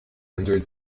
under